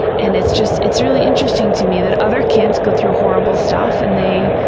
and it's just, it's really interesting to me that other kids go through horrible stuff and they,